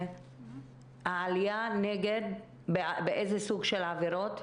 עלייה באיזה סוג של עבירות?